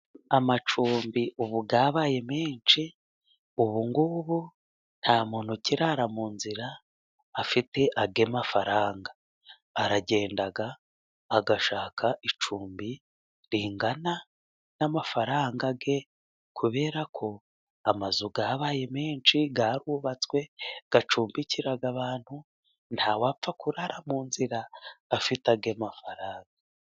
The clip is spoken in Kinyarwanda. Amacumbi ubu yabaye menshi, ubungubu nta muntu ukirara mu nzira afite aye mafaranga, aragenda agashaka icumbi ringana n'amafaranga ye, kubera ko amazu yabaye menshi yarubatswe, acumbikira abantu, nta wapfa kurara mu nzira afite aye mafaranga.